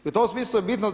I u tom smislu je bitno.